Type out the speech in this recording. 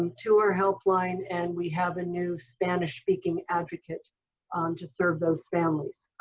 um to our help line, and we have a new spanish-speaking advocate to serve those families.